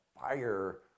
fire